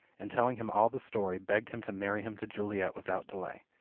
and, telling him all the story, begged him to marry him to juliet without delay.